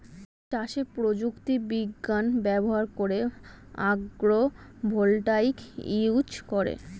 চাষে প্রযুক্তি বিজ্ঞান ব্যবহার করে আগ্রো ভোল্টাইক ইউজ করে